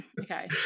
Okay